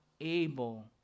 Able